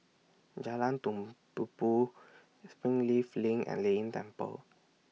Jalan Tumpupu Springleaf LINK and Lei Yin Temple